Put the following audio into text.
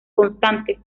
constantes